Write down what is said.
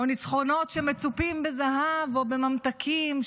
או ניצחונות שמצופים בזהב או בממתקים,